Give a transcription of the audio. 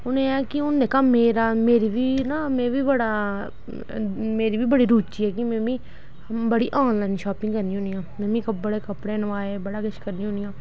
हून एह् ऐ कि हून जेह्का मेरा मेरी बी ना में बी बड़ा मेरी बी बड़ी रूचि ऐ कि में बी बड़ी ऑनलाइन शापिंग करनी होन्नी आं मीमीं बड़े कपड़े नोआए बड़ा किश करनी होन्नी आं